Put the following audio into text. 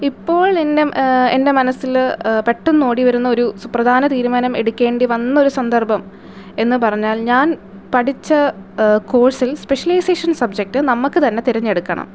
ഇപ്പോൾ എൻ്റെ മനസ്സിൽ പെട്ടെന്ന് ഓടി വരുന്നൊരു സുപ്രധാന തീരുമാനം എടുക്കേണ്ടി വന്ന ഒരു സന്ദർഭം എന്ന് പറഞ്ഞാൽ ഞാൻ പഠിച്ച കോഴ്സിൽ സ്പെഷ്യലൈസേഷൻ സബ്ജെക്റ്റ് നമ്മൾക്ക് തന്നെ തെരഞ്ഞെടുക്കണം